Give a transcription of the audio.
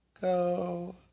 Go